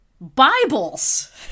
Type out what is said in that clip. Bibles